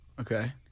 Okay